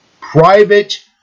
private